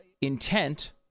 intent